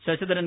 Sasidharan